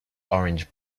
orange